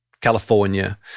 California